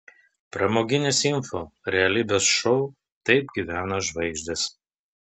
pramoginis info realybės šou taip gyvena žvaigždės